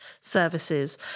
services